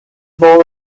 more